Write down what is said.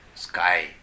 sky